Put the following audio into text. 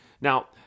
Now